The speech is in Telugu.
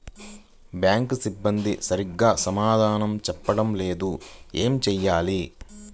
బ్యాంక్ సిబ్బంది సరిగ్గా సమాధానం చెప్పటం లేదు ఏం చెయ్యాలి?